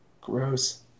gross